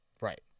Right